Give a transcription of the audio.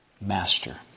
master